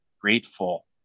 grateful